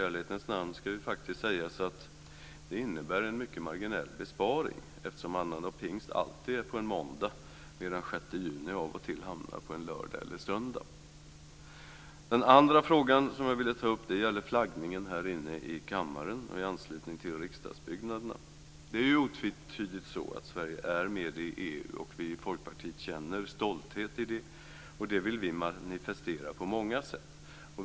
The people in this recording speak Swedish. I ärlighetens namn innebär det en marginell besparing eftersom annandag pingst alltid är på en måndag medan den 6 juni av och till hamnar på en lördag eller söndag. Den andra frågan gäller flaggningen i kammaren och i anslutning till riksdagsbyggnaderna. Det är otvetydigt så att Sverige är med i EU, och vi i Folkpartiet känner stolthet i det. Det vill vi manifestera på många sätt.